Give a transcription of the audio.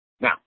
Now